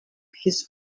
his